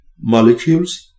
molecules